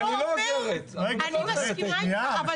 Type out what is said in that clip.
אני מסכימה אתך,